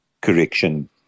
correction